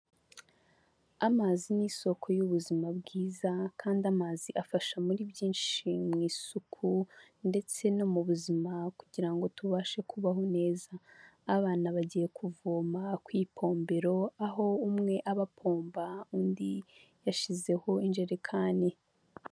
Amazi ni isoko y'ubuzima bwiza kandi amazi afasha muri byinshi, mu isuku ndetse no mu buzima kugira ngo tubashe kubaho neza, abana bagiye kuvoma ku ipombero aho umwe aba apomba undi yashyizeho injerekani.